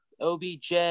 OBJ